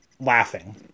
laughing